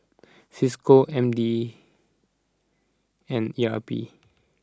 Cisco M D and E R P